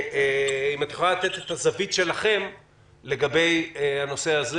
האם את יכולה לתת את הזווית שלכם לגבי הנושא הזה.